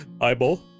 eyeball